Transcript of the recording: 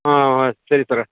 ಹಾಂ ಸರಿ ಸರ